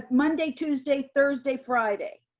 ah monday, tuesday, thursday, friday.